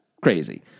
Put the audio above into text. crazy